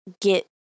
get